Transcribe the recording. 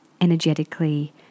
energetically